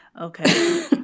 Okay